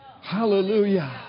Hallelujah